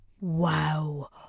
wow